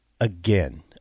again